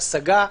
ההשגה,